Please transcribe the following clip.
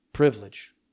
privilege